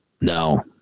No